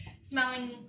smelling